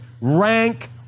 rank